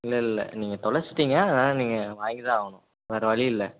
இல்லைல்ல நீங்கள் தொலைச்சிட்டீங்க அதனால் நீங்கள் வாங்கி தான் ஆகணும் வேறு வழியில்லை